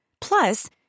Plus